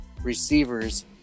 receivers